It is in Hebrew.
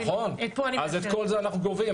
נכון, אז את כל זה אנחנו גובים.